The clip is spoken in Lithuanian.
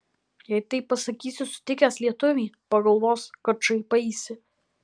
jei taip pasakysi sutikęs lietuvį pagalvos kad šaipaisi